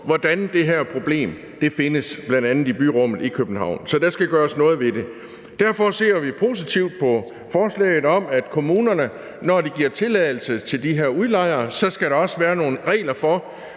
hvordan det her problem findes, bl.a. i byrummet i København. Så der skal gøres noget ved det. Derfor ser vi positivt på forslaget om, at der, når kommunerne giver tilladelse til de her udlejere, også skal være nogle regler for,